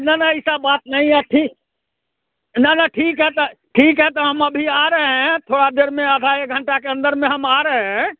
ना ना ऐसा बात नहीं है थि ना ना ठीक है त ठीक है त हम अभी आ रहे हैं थोड़ा देर में आधा एक घंटा के अन्दर में हम आ रहे हैं